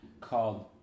called